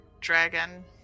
dragon